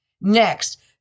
Next